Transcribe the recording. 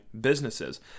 businesses